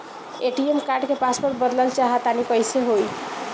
ATM card क password बदलल चाहा तानि कइसे होई?